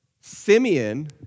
Simeon